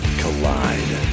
collide